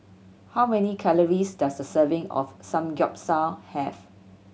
how many calories does a serving of Samgeyopsal have